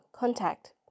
Contact